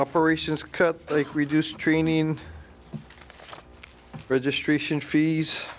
operations cut like reduced training registration fees